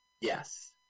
Yes